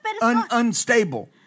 Unstable